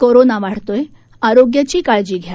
corona वाढतोय आरोग्याची काळजी घ्या